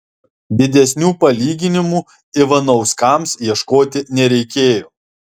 didesnių palyginimų ivanauskams ieškoti nereikėjo